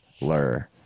Lur